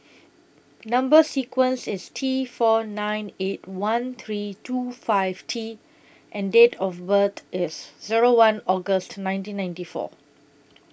Number sequence IS T four nine eight one three two five T and Date of birth IS Zero one August nineteen ninety four